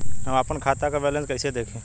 हम आपन खाता क बैलेंस कईसे देखी?